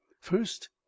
First